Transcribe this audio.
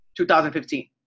2015